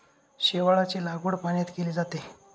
शेवाळाची लागवड पाण्यात केली जाते